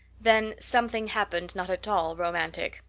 then something happened not at all romantic.